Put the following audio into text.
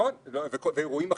ואירועים אחרים,